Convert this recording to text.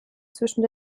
zwischen